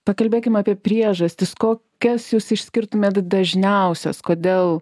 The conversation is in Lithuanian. pakalbėkim apie priežastis kokias jūs išskirtumėt dažniausias kodėl